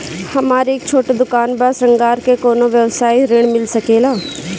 हमर एक छोटा दुकान बा श्रृंगार के कौनो व्यवसाय ऋण मिल सके ला?